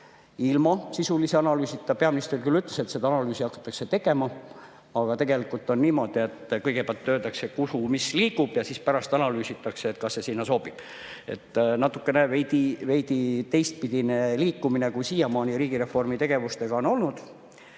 ilma sisulise analüüsita. Peaminister küll ütles, et seda analüüsi hakatakse tegema, aga tegelikult on niimoodi, et kõigepealt öeldakse, kuhu mis liigub, ja pärast analüüsitakse, kas see sinna sobib. Natukene teistpidine liikumine, kui siiamaani riigireformi tegevustega on olnud.